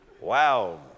Wow